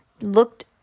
looked